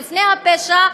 לפני הפשע.